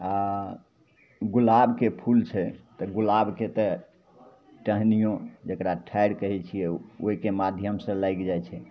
आओर गुलाबके फूल छै तऽ गुलाबके तऽ टहनिओ जकरा ठाढ़ि कहै छिए ओहिके माध्यमसे लागि जाइ छै